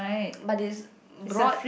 but is broad